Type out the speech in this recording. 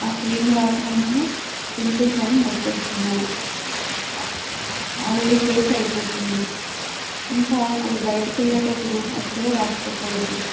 ఆ క్రీమ్ రాసిన వెంటనే పింపుల్స్ అన్నీ వచ్చేస్తున్నాయి ఆయిలీ ఫేస్ అయిపోతుంది ఇంకా అది బయటకు వెళ్లేటప్పుడు అసలు